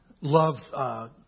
love